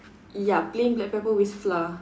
ya plain black pepper with flour